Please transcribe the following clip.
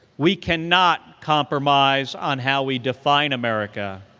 we cannot compromise on how we define america.